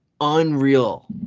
unreal